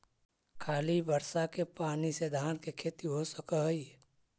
खाली बर्षा के पानी से धान के खेती हो सक हइ?